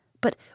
But